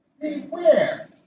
Beware